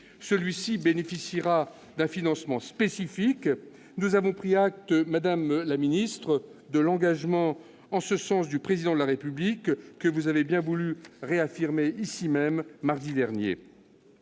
Celui-ci bénéficiera d'un financement spécifique. Nous avons pris acte, madame la ministre, de l'engagement en ce sens du Président de la République, que vous avez bien voulu réaffirmer ici même mardi dernier.